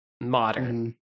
modern